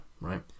right